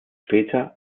später